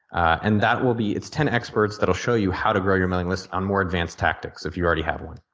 and that will be it's ten experts that will show you how to grow your mailing list on more advanced tactics if you already have one.